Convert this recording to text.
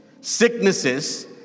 sicknesses